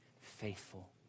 faithful